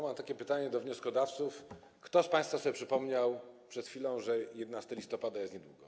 Mam takie pytanie do wnioskodawców: Kto z państwa przypomniał sobie przed chwilą, że 11 listopada jest niedługo?